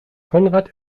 konrad